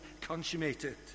consummated